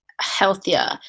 healthier